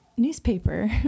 newspaper